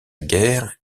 guerre